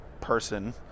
person